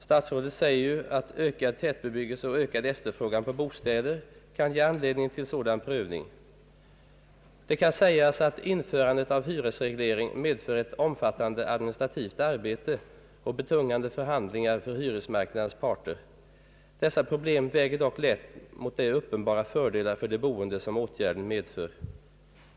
Statsrådet säger ju, att ökad tätbebyggelse och ökad efterfrågan på bostäder kan ge anledning till sådan prövning. Det kan sägas att införandet av hyresreglering medför ett omfattande administrativt arbete och betungande förhandlingar för hyresmarknadens parter. Dessa problem väger dock lätt mot de uppenbara fördelar för de boende, som åtgärden medför.